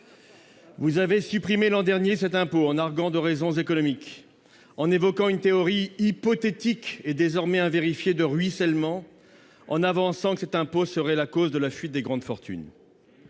Vous avez supprimé l'an dernier cet impôt en arguant de raisons économiques, en évoquant une théorie hypothétique, et désormais invérifiée, du « ruissellement », en avançant que cet impôt serait la cause de la fuite des grandes fortunes.